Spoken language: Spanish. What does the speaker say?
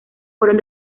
fueron